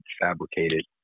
fabricated